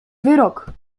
wyrok